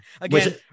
again